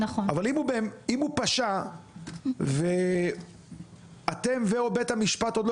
אבל אם הוא פשע ואתם או בית המשפט עוד לא